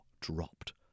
dropped